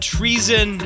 Treason